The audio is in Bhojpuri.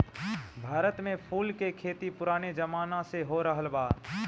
भारत में फूल के खेती पुराने जमाना से होरहल बा